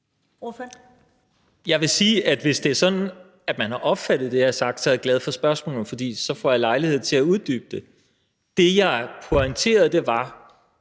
Jeg vil sige, at hvis det er sådan, man har opfattet det, jeg har sagt, så er jeg glad for spørgsmålet, for så får jeg lejlighed til at uddybe det. Det, jeg pointerede, var,